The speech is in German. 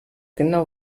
genau